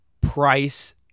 price